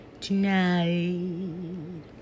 tonight